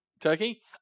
Turkey